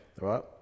Right